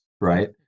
right